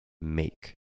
make